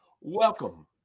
Welcome